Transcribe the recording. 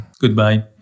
Goodbye